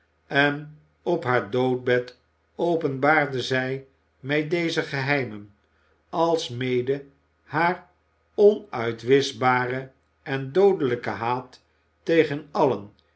en op haar doodbed openbaarde zij mij deze geheimen alsmede haar onuitwischbaren en doodelijken haat tegen allen